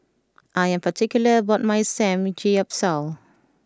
I am particular about my Samgeyopsal